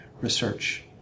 Research